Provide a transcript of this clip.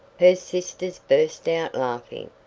her sisters burst out a-laughing,